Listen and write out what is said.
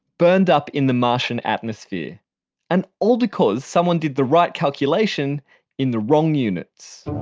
burned up in the martian atmosphere and all because someone did the right calculation in the wrong units